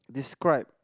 describe